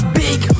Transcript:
big